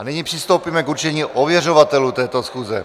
Nyní přistoupíme k určení ověřovatelů této schůze.